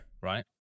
right